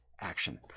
action